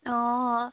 অঁ